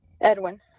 Edwin